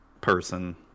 person